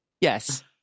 Yes